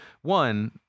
one